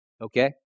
Okay